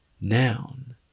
Noun